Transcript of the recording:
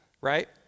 right